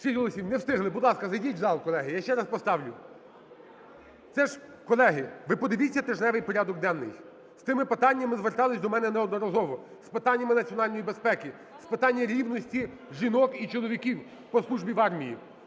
Сім голосів! Не встигли! Будь ласка, зайдіть у зал, колеги, я ще раз поставлю. Це ж… Колеги, ви подивіться тижневий порядок денний! З цими питаннями зверталися до мене неодноразово: з питаннями національної безпеки, з питання рівності жінок і чоловіків по службі в армії,